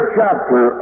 chapter